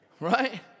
Right